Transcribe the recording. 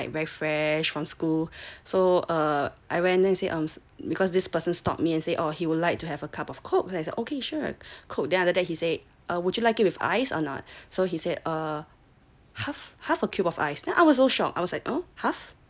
like very fresh from school so err I went because this person stopped me and say orh he would like to have a cup of Coke so I say ok sure Coke then after that I say